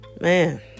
Man